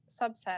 subset